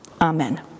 Amen